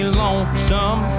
lonesome